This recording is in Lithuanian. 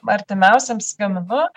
artimiausiems gaminu